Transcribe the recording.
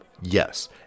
Yes